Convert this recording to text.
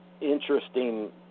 interesting